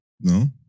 no